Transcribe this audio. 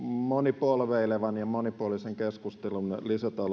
monipolveilevan ja monipuolisen keskustelun